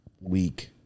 week